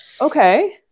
Okay